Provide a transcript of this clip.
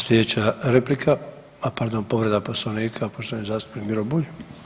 Sljedeća replika, a pardon povreda Poslovnika poštovani zastupnik Miro Bulj.